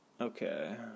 Okay